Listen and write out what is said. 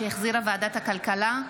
שהחזירה ועדת הכלכלה,